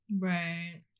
Right